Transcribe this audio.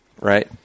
right